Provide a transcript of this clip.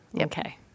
Okay